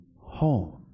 home